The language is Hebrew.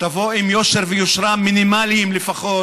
תבוא עם יושר ויושרה מינימליים לפחות,